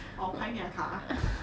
or pioneer 卡